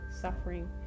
suffering